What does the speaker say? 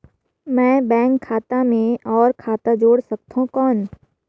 मैं बैंक खाता मे और खाता जोड़ सकथव कौन?